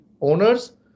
owners